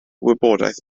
wybodaeth